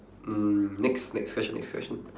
mm next next question next question